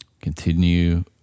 continue